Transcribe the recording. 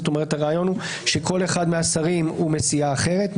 הרעיון הוא שכל אחד מהשרים הוא מסיעה אחרת,